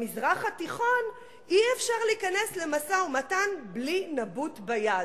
במזרח התיכון אי-אפשר להיכנס למשא-ומתן בלי נבוט ביד.